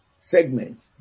segments